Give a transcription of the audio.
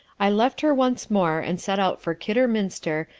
i left her once more, and set out for kidderminster,